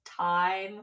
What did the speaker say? time